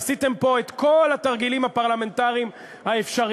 ועשיתם פה את כל התרגילים הפרלמנטריים האפשריים,